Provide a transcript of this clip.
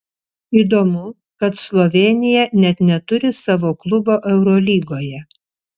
įdomu kad slovėnija net neturi savo klubo eurolygoje